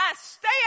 stay